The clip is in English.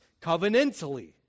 covenantally